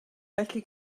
felly